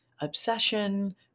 obsession